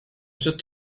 just